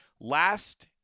last